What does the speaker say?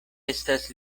estas